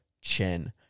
Chen